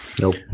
Nope